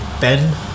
Ben